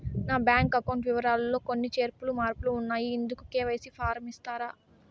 నా bank account వివరాలు లో కొన్ని చేర్పులు మార్పులు ఉన్నాయి, ఇందుకు కె.వై.సి ఫారం ఇస్తారా?